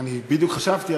בדיוק חשבתי,